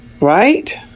Right